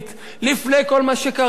לפני כל מה שקרה באירופה.